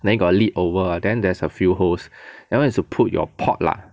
then got lid over then there's a few holes that [one] is to put your pot lah